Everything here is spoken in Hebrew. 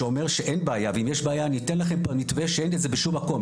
שאומר שאין בעיה ואם יש בעיה אני אתן לכם מתווה שאין את זה בשום מקום,